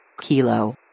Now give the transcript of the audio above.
Kilo